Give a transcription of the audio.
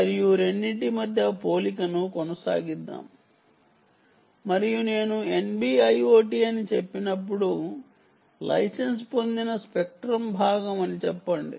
మరియు రెండింటి మధ్య పోలికను కొనసాగిద్దాం మరియు నేను NB IoT అని చెప్పినప్పుడు లైసెన్స్ పొందిన స్పెక్ట్రం భాగం అని చెప్పండి